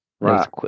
Right